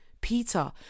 Peter